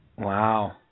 Wow